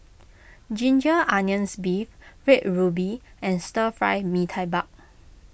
Ginger Onions Beef Red Ruby and Stir Fry Mee Tai Mak